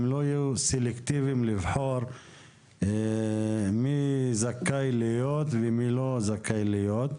הם לא יהיו סלקטיביים לבחור מי זכאי להיות ומי לא זכאי להיות.